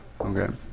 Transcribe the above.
Okay